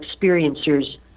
experiencers